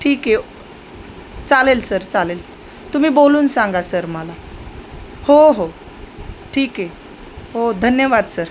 ठीकए चालेल सर चालेल तुम्ही बोलून सांगा सर मला हो हो ठीकए हो धन्यवाद सर